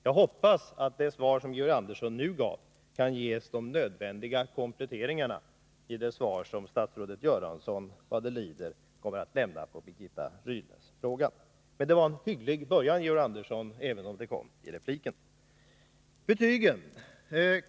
Jag hoppas att det svar som Georg Andersson nu gav kan ges de nödvändiga kompletteringarna i det svar som statsrådet Göransson vad det lider kommer att lämna på Birgitta Rydles fråga. Detta var emellertid en hygglig början, Georg Andersson, även om det kom i repliken.